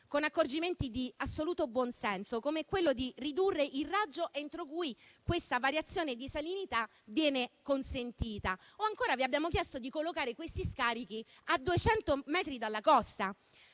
con accorgimenti di assoluto buonsenso, come quello di ridurre il raggio entro cui questa variazione di salinità viene consentita. Ancora, vi abbiamo chiesto di collocare gli scarichi a 200 metri dalla costa,